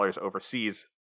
overseas